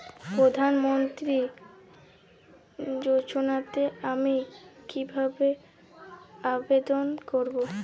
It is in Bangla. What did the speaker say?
প্রধান মন্ত্রী যোজনাতে আমি কিভাবে আবেদন করবো?